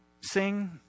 sing